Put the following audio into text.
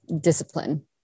discipline